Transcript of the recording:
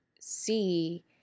see